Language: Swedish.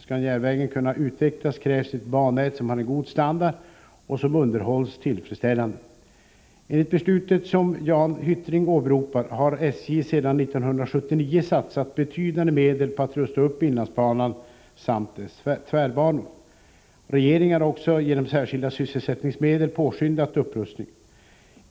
Skall järnvägen kunna utvecklas krävs ett bannät som har en god standard och som underhålls tillfredsställande. Enligt beslutet som Jan Hyttring åberopar har SJ sedan 1979 satsat betydande medel på att rusta upp inlandsbanan samt dess tvärbanor. Regeringen har också genom särskilda sysselsättningsmedel påskyndat upprustningen.